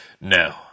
No